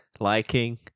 liking